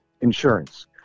Insurance